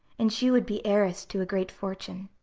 and she would be heiress to a great fortune.